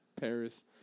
Paris